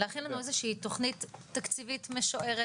להכין לנו איזושהי תוכנית תקציבית משוערת,